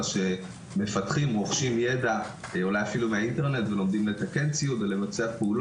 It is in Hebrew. שמפתחים ורוכשים ידע אולי אפילו מהאינטרנט ולומדים לבצע פעולות,